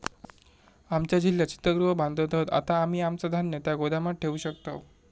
आमच्या जिल्ह्यात शीतगृह बांधत हत, आता आम्ही आमचा धान्य त्या गोदामात ठेवू शकतव